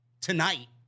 tonight